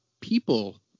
people